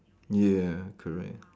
ya correct